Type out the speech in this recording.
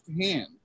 hand